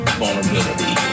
vulnerability